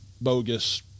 bogus